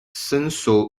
census